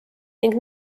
ning